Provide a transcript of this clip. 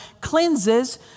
cleanses